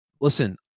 Listen